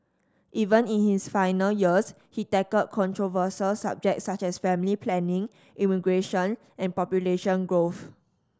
even in his final years he tackled controversial subjects such as family planning immigration and population growth